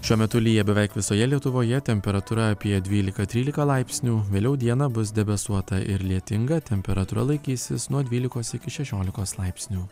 šiuo metu lyja beveik visoje lietuvoje temperatūra apie dvylika trylika laipsnių vėliau dieną bus debesuota ir lietinga temperatūra laikysis nuo dvylikos iki šešiolikos laipsnių